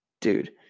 Dude